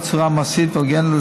בצורה מעשית והוגנת,